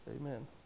Amen